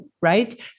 Right